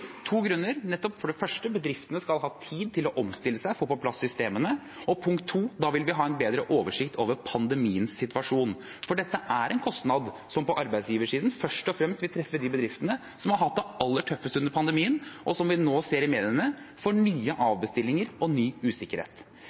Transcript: bedriftene skal ha tid til å omstille seg og få på plass systemene, og for det andre at vi vil ha en bedre oversikt over pandemisituasjonen. For dette er en kostnad som på arbeidsgiversiden først og fremst vil treffe de bedriftene som har hatt det aller tøffest under pandemien, og som vi nå ser i mediene får nye avbestillinger og ny usikkerhet.